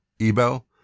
Ebel